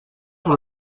sur